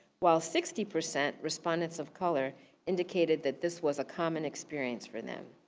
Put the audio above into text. while sixty percent respondents of color indicated that this was a common experience for them.